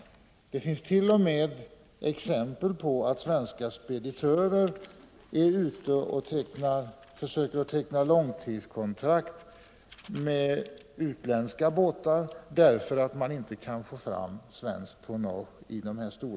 Det finnst.o.m. exempel på att svenska speditörer är ute och försöker teckna långtidskontrakt med utländska båtar därför att de inte kan få fram 91 svenskt tonnage av den här storleken.